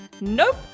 Nope